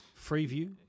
Freeview